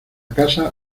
casa